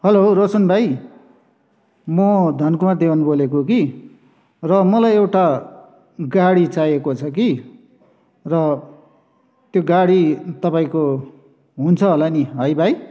hello Roshan भाइ म धन कुमार देवान बोलेको कि र मलाई एउटा गाडी चाहिएको छ कि र त्यो गाडी तपाईँको हुन्छ होला नि है भाइ